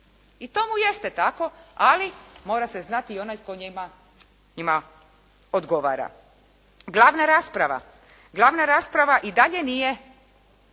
i to mu jeste tako, ali mora se znati i onaj tko njima odgovara. Glavna rasprava i dalje nije